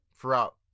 throughout